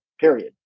period